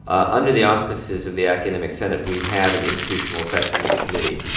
under the auspices of the academic senate we have an institutional effect in this committee.